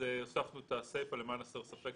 הוספנו את הסיפה: "למען הסר ספק,